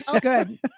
good